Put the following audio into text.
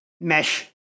mesh